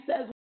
says